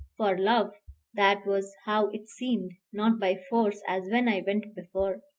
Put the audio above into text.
for love that was how it seemed not by force, as when i went before.